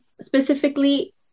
specifically